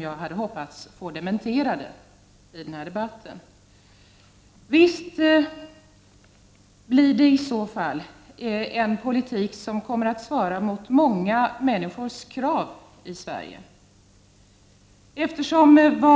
Jag hade hoppats att få detta dementerat i denna debatt. Visst kommer vi i så fall att få en politik som svarar mot många svenskars krav.